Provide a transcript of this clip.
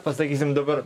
pasakysim dabar